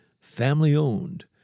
family-owned